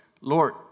Lord